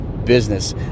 business